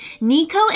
Nico